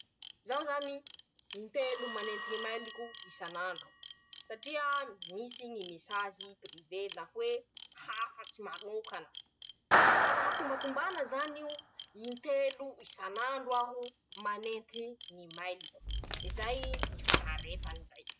<...>Zaho zany: - In-telo manenty ñ'imailiko isan'andro, satriaaa misy ñy mesazy pirive na hoe hafatsy manokana, ka la tombatombana zan'io, in-telo isan'andro aho manenty ñy' mailiko, zay ñy faharetany zay.